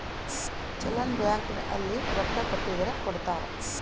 challan bank ಅಲ್ಲಿ ರೊಕ್ಕ ಕಟ್ಟಿದರ ಕೋಡ್ತಾರ